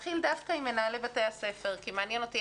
רוצה להתחיל דווקא עם מנהלי בתי הספר כי מעניין אותי